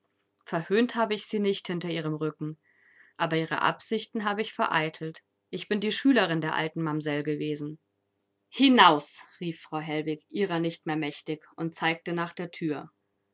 verhöhnt habe ich sie nicht hinter ihrem rücken aber ihre absichten habe ich vereitelt ich bin die schülerin der alten mamsell gewesen hinaus rief frau hellwig ihrer nicht mehr mächtig und zeigte nach der thür